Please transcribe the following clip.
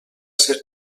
ser